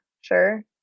sure